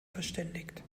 verständigt